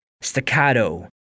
staccato